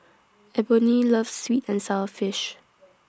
Eboni loves Sweet and Sour Fish